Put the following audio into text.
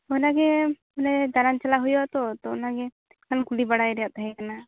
ᱚᱱᱟᱜᱮ ᱢᱟᱱᱮ ᱫᱟᱬᱟᱱ ᱪᱟᱞᱟᱜ ᱦᱩᱭᱩᱜᱼᱟ ᱛᱚ ᱚᱱᱟᱜᱮ ᱠᱩᱞᱤ ᱵᱟᱲᱟᱭ ᱨᱮᱭᱟᱜ ᱛᱟᱦᱮᱸ ᱠᱟᱱᱟ